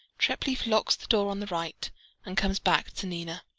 treplieff locks the door on the right and comes back to nina.